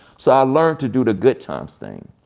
so i learned to do the good times thing.